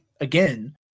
again